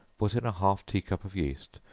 put in a half tea-cup of yeast,